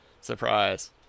surprise